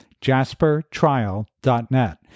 jaspertrial.net